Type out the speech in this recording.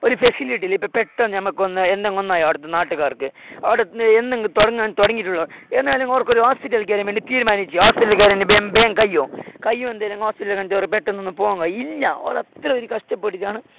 ഒരു ഫസിലിറ്റിയില്ല ഇപ്പോൾ പെട്ടെന്ന് ഞമ്മക്കൊന്നു എന്നങ്കൊന്നായവിടുത്തെ നാട്ടുകാര്ക്ക് അവിടെയെന്നെങ്കിൽ തുടങ്ങാന് തുടങ്ങിയിട്ടുള്ള എന്നാലും ഓര്ക്കൊരു ഹോസ്പിറ്റലില് കയറാന് വേണ്ടി തീരുമാനിച്ച് ഹോസ്പിറ്റലില് കയറാണ്ടി ബേം ബേഗം കഴിയുമോ കഴിയുവോന്തേലെങ്കിൽ ഹോസ്പിറ്റലില് കണ്ടിട്ടോറു പെട്ടെന്നൊന്നു പോകാന് കഴിയുമോ ഇല്ലാ അത് അത്രയൊരു കഷ്ടപ്പെട്ടിട്ടാണ്